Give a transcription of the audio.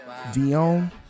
Vion